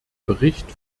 bericht